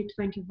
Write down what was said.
2021